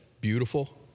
beautiful